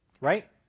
Right